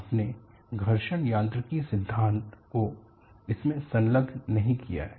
आपने घर्षण यांत्रिकी सिद्धांत को इसमें संलग्न नहीं किया है